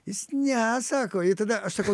jis ne sako ir tada aš sakau